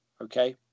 Okay